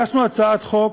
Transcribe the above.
הגשנו הצעת חוק,